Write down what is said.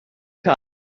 tad